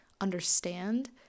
understand